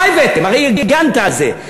הרי הגנת על זה.